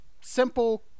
simple